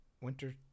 Winter